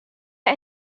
har